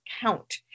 count